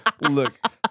look